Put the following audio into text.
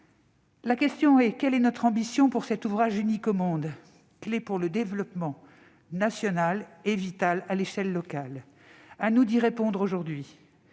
La question est : quelle est notre ambition pour cet ouvrage unique au monde, clé pour le développement national et vital à l'échelle locale ?